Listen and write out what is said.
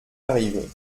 arrivée